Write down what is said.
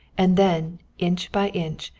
and then, inch by inch,